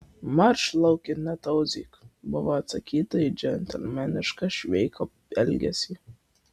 marš lauk ir netauzyk buvo atsakyta į džentelmenišką šveiko elgesį